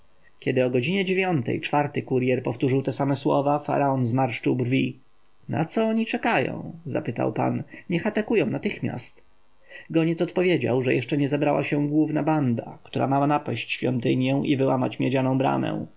kiedy o godzinie dziewiątej czwarty kurjer powtórzył te same słowa faraon zmarszczył brwi na co oni czekają zapytał pan niech atakują natychmiast goniec odpowiedział że jeszcze nie zebrała się główna banda która ma napaść świątynię i wyłamać miedzianą bramę